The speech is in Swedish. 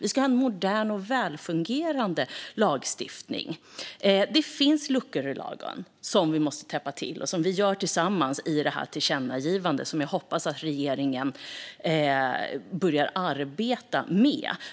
Vi ska ha en modern och välfungerande lagstiftning. Det finns luckor i lagen som vi måste täppa till, vilket vi gör tillsammans i tillkännagivandet, som jag hoppas att regeringen börjar arbeta med.